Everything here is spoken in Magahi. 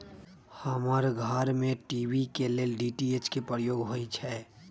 हमर घर में टी.वी के लेल डी.टी.एच के प्रयोग होइ छै